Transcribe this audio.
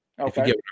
Okay